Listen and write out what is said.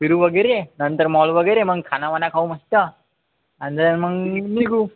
फिरू वगैरे नंतर मॉल वगैरे मग खानावाना खाऊ मस्त आणि मग निघू